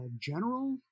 general